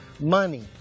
money